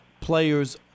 players –